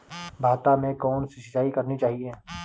भाता में कौन सी सिंचाई करनी चाहिये?